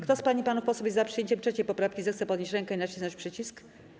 Kto z pań i panów posłów jest za przyjęciem 3. poprawki, zechce podnieść rękę i nacisnąć przycisk.